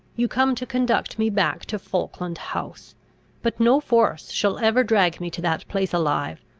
you come to conduct me back to falkland house but no force shall ever drag me to that place alive.